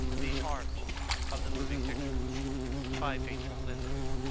the art of the moving picture by vachel lindsay